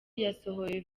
yasohoye